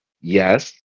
yes